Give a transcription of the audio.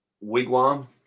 wigwam